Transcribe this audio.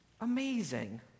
amazing